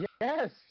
Yes